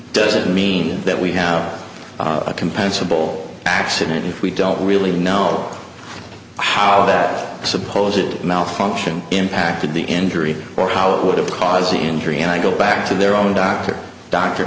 doesn't mean that we have a compensable accident if we don't really know how that suppose it malfunction impacted the injury or how it would have caused the injury and i go back to their own doctor doctor